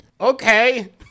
okay